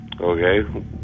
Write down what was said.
Okay